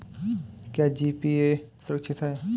क्या जी.पी.ए सुरक्षित है?